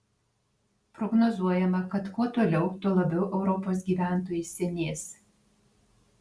prognozuojama kad kuo toliau tuo labiau europos gyventojai senės